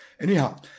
Anyhow